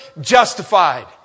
Justified